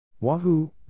Wahoo